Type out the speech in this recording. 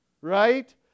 right